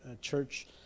church